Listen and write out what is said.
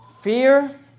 Fear